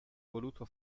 voluto